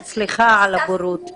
סליחה, על הבורות.